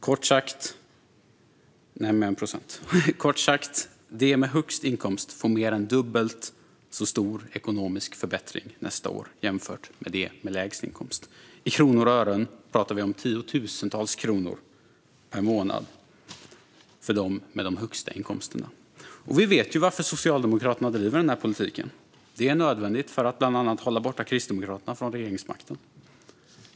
Kort sagt får de med högst inkomst mer än dubbelt så stor ekonomisk förbättring nästa år jämfört med dem med lägst inkomst. Det handlar om tiotusentals kronor per månad för dem med de högsta inkomsterna. Vi vet varför Socialdemokraterna driver denna politik. Det är nödvändigt för att bland annat hålla borta Kristdemokraterna från regeringsmakten.